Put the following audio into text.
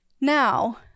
Now